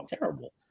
terrible